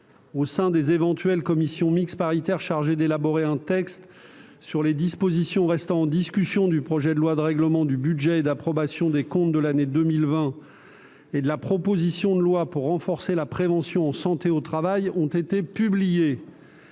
au sein des éventuelles commissions mixtes paritaires chargées d'élaborer un texte sur les dispositions restant en discussion du projet de loi de règlement du budget et d'approbation des comptes de l'année 2020 et de la proposition de loi pour renforcer la prévention en santé au travail ont été publiées.